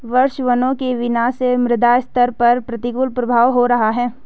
वर्षावनों के विनाश से मृदा स्थिरता पर प्रतिकूल प्रभाव हो रहा है